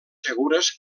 segures